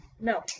No